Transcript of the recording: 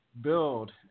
build